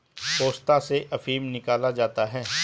पोस्ता से अफीम निकाला जाता है